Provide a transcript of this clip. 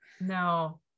no